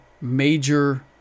major